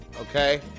okay